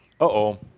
Uh-oh